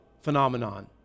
phenomenon